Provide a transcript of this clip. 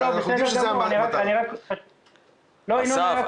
אנחנו יודעים שזה המענה --- בסדר גמור --- אסף,